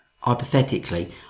hypothetically